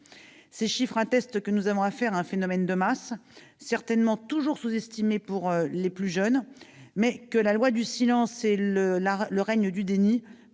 Ces chiffres l'attestent, nous avons affaire à un phénomène de masse, certainement toujours sous-estimé pour ce qui concerne les plus jeunes. La loi du silence et le règne du déni